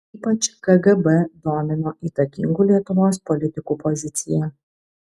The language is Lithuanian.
ypač kgb domino įtakingų lietuvos politikų pozicija